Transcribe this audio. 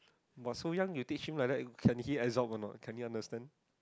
!wah! so young you teach him like that can he absorb or not can he understand